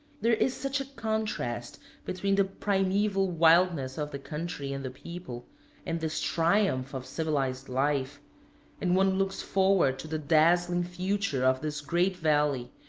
there is such a contrast between the primeval wildness of the country and the people and this triumph of civilized life and one looks forward to the dazzling future of this great valley,